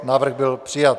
Návrh byl přijat.